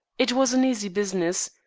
it was an easy business.